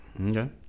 okay